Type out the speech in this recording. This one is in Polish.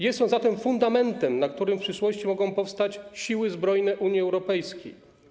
Jest on zatem fundamentem, na którym w przyszłości mogą powstać siły zbrojne Unii Europejskiej.